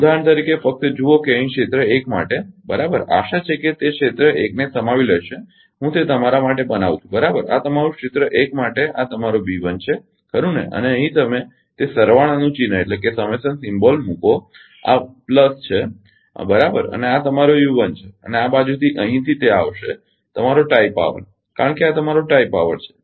ઉદાહરણ તરીકે ફક્ત જુઓ કે અહીં ક્ષેત્ર 1 માટે બરાબર આશા છે કે તે ક્ષેત્ર 1 ને સમાવી લેશે હું તે તમારા માટે બનાવું છું બરાબર આ તમારું ક્ષેત્ર 1 માટે આ તમારો છે ખરુ ને અને અહીં તમે તે સરવાળાનું ચિહન મૂકો આ વત્તા છે બરાબર અને આ તમારો છે અને આ બાજુથી અહીંથી તે આવશે કે તમારો ટાઇ પાવર કારણ કે આ તમારો ટાઇ પાવર છે